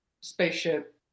spaceship